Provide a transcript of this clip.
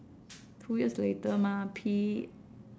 two years later mah P